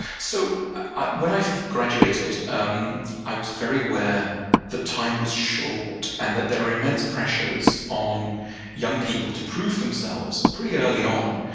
so when i graduated, um i was very aware that time was short, and that there are immense pressures on young people to prove themselves pretty early on.